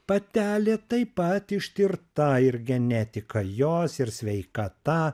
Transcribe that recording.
patelė taip pat ištirta ir genetika jos ir sveikata